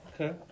Okay